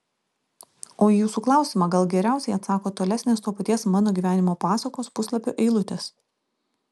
o į jūsų klausimą gal geriausiai atsako tolesnės to paties mano gyvenimo pasakos puslapio eilutės